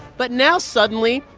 but now suddenly,